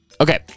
Okay